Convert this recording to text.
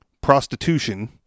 prostitution